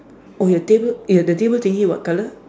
oh your table ya the table thingy what colour